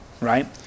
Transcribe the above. right